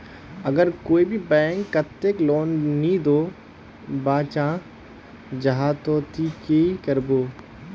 अगर कोई भी बैंक कतेक लोन नी दूध बा चाँ जाहा ते ती की करबो?